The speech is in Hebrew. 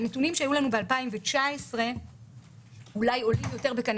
הנתונים שהיו לנו ב-2019 אולי עולים יותר בקנה